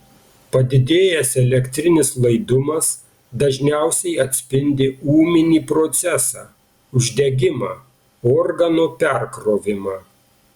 padidėjęs elektrinis laidumas dažniausiai atspindi ūminį procesą uždegimą organo perkrovimą